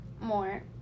more